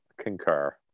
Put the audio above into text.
concur